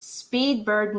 speedbird